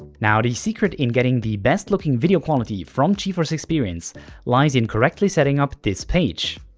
now the secret in getting the best-looking video quality from geforce experience lies in correctly setting up this page.